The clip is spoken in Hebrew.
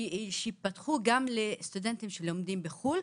ייפתחו גם לסטודנטים שלומדים בחוץ לארץ,